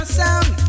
sound